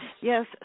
Yes